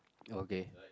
okay